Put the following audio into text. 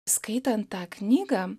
skaitant tą knygą